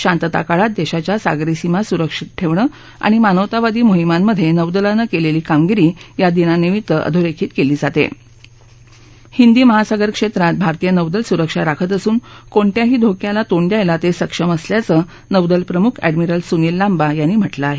शांतता काळात दर्शव्या सागरी सीमा सुरक्षित ठक्कां आणि मानवतावादी मोहिमांमधज्ञिदलानं कळकी कामगिरी या दिनानिमित्त अधोरखित कली जाताहिंदी महासागर क्षात्रित भारतीय नौदल सुरक्षा राखत असून कोणत्याही धोक्याला तोंड द्यायला तसिक्षम असल्याचं नौदल प्रमुख एडमिरल सुनील लांबा यांनी म्हटलंय